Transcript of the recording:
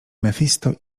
mefisto